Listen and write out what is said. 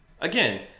Again